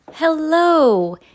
Hello